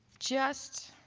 just